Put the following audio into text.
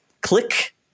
click